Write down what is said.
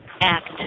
act